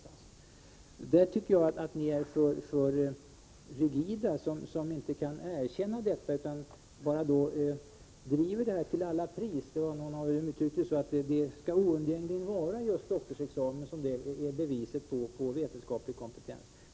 På den punkten tycker jag att ni är för rigida, när ni inte kan erkänna detta utan bara driver frågan till varje pris. Någon av er uttryckte sig så att det oundgängligen skall vara just doktorsexamen som utgör beviset på vetenskaplig kompetens.